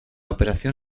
operación